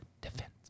defense